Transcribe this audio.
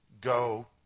go